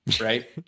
right